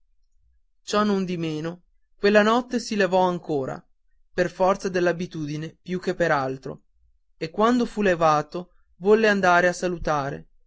ciò non di meno quella notte si levò ancora per forza d'abitudine più che per altro e quando fu levato volle andare a salutare